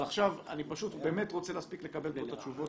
אבל עכשיו אני רוצה להספיק לקבל את התשובות.